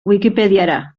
wikipediara